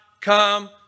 come